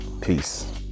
Peace